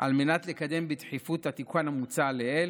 על מנת לקדם בדחיפות את התיקון המוצע לעיל